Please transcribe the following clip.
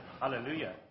Hallelujah